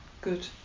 Good